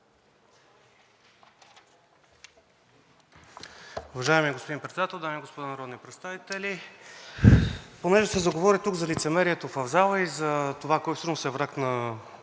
Уважаеми господин Председател, дами и господа народни представители! Понеже се заговори тук за лицемерието в залата и за това кой всъщност е враг на